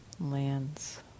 lands